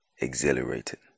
Exhilarated